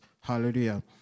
Hallelujah